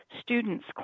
students